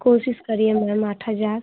कोशिश करिए मैम आठ हज़ार